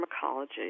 pharmacology